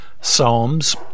psalms